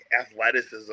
athleticism